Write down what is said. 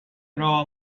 però